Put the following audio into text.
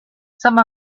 some